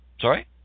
Sorry